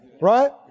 Right